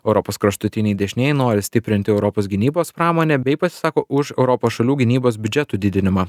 europos kraštutiniai dešinieji nori stiprinti europos gynybos pramonę bei pasisako už europos šalių gynybos biudžetų didinimą